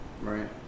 right